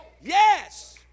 yes